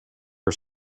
her